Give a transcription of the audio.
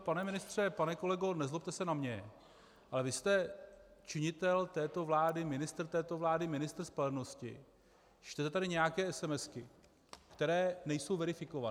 Pane ministře, pane kolego, nezlobte se na mě, ale vy jste činitel této vlády, ministr této vlády, ministr spravedlnosti, čtete tady nějaké esemesky, které nejsou verifikované.